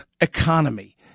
Economy